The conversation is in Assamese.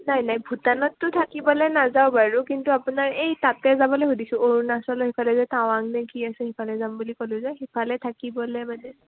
নাই নাই ভূটানততো থাকিবলে নাযাওঁ বাৰু কিন্তু আপোনাৰ এই তাতে যাবলৈ সুধিছোঁ অৰুণাচলৰ সিফালে যে টাৱাং নে কি আছে সিফালে যাম বুলি ক'লো যে সিফালে থাকিবলৈ মানে